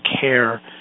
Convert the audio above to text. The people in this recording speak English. care